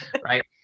Right